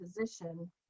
position